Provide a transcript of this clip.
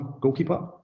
goalkeeper